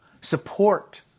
support